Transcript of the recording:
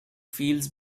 feels